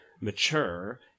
mature